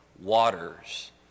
waters